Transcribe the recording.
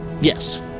yes